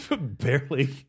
Barely